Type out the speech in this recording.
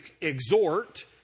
exhort